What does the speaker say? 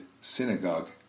synagogue